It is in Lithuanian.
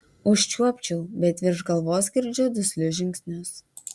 užčiuopčiau bet virš galvos girdžiu duslius žingsnius